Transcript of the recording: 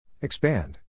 Expand